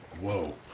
Whoa